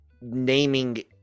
naming